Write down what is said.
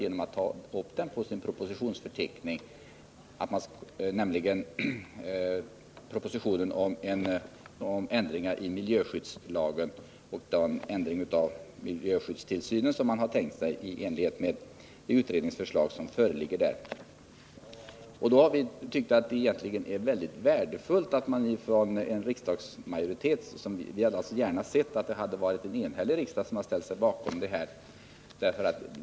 Man har ju i propositionsförteckningen tagit upp propositionen om ändringar i miljöskyddslagen och den ändring i miljöskyddstillsynen som man har tänkt sig i enlighet med det utredningsförslag som föreligger. Vi hade alltså gärna sett att en enhällig riksdag hade ställt sig bakom detta.